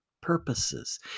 purposes